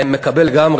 אני מקבל לגמרי.